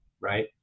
right